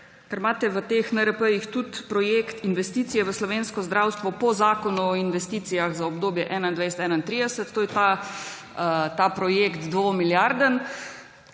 ker imate v teh NRP tudi projekt Investicije v slovensko zdravstvo po zakonu o investicijah za obdobje 2021−2031, to je ta 2- milijardni